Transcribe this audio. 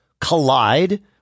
collide